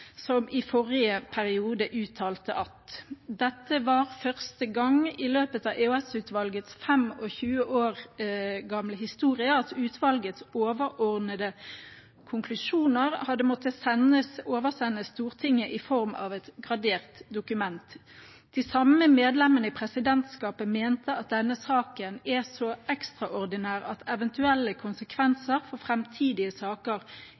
som i forrige periode uttalte at dette var første gang i løpet av EOS-utvalgets 25 år gamle historie at utvalgets overordnede konklusjoner hadde måttet oversendes Stortinget i form av et gradert dokument. De samme medlemmene i presidentskapet mente at denne saken er så ekstraordinær at eventuelle konsekvenser for framtidige saker